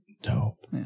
Dope